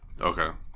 Okay